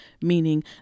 meaning